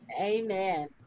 Amen